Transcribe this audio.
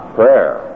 prayer